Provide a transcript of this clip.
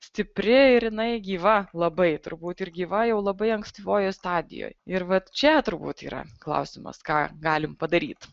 stipri ir jinai gyva labai turbūt ir gyva jau labai ankstyvoj stadijoj ir vat čia turbūt yra klausimas ką galim padaryt